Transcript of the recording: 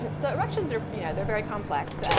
so erections, they're you know they're very complex,